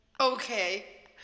Okay